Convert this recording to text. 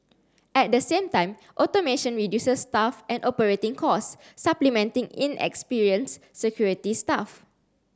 at the same time automation reduces staff and operating costs supplementing inexperienced security staff